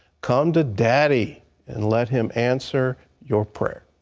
come to daddy and let him answer your prayers.